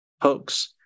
hoax